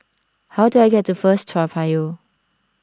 how do I get to First Toa Payoh